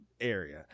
area